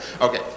okay